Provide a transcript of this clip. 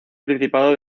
principado